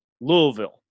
Louisville